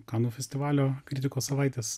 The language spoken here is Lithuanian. kanų festivalio kritiko savaitės